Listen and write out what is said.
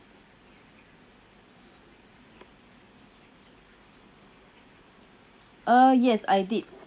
uh yes I did